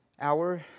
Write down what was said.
hour